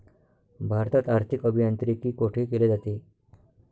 भारतात आर्थिक अभियांत्रिकी कोठे केले जाते?